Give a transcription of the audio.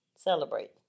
celebrate